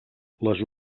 les